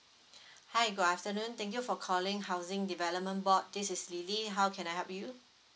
hi good afternoon thank you for calling housing development board this is lily how can I help you